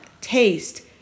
taste